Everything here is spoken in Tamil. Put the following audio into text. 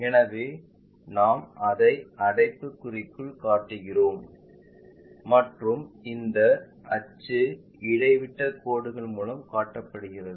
எனவே நாங்கள் அதை அடைப்புக்குறிக்குள் காட்டுகிறோம் மற்றும் இந்த அச்சு இடைவிட்டக் கோடுகள் மூலம் காட்டப்படுகிறது